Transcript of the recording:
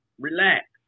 relax